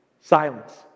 Silence